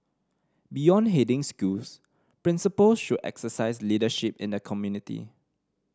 beyond heading schools principal should exercise leadership in the community